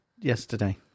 yesterday